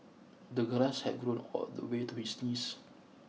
the grass had grown all the way to his knees